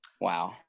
Wow